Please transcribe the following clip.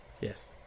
Yes